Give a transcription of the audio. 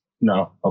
No